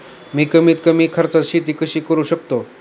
मी कमीत कमी खर्चात शेती कशी करू शकतो?